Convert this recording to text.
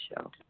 show